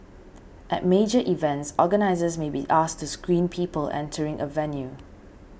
at major events organisers may be asked to screen people entering a venue